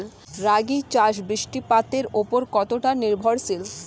রাগী চাষ বৃষ্টিপাতের ওপর কতটা নির্ভরশীল?